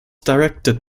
directed